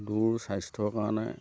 দূৰ স্বাস্থ্যৰ কাৰণে